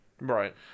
Right